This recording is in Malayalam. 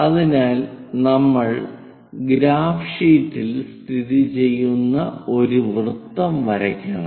അതിനാൽ നമ്മൾ ഗ്രാഫ് ഷീറ്റിൽ സ്ഥിതിചെയ്യുന്ന ഒരു വൃത്തം വരയ്ക്കണം